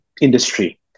industry